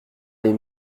les